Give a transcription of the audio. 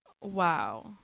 Wow